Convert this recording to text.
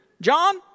John